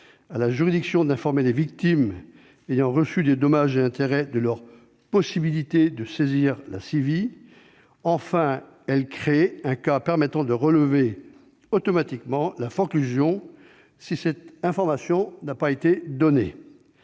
à la juridiction d'informer les victimes ayant reçu des dommages et intérêts de leur possibilité de saisir la CIVI. Enfin, elle crée un cas permettant de relever automatiquement la forclusion si cette information n'a pas été donnée.